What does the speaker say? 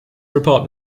report